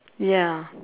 ya